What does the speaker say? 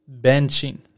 Benching